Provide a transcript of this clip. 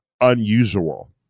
unusual